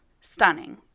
stunning